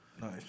Nice